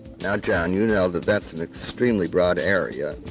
now, john, you know that that's an extremely broad area.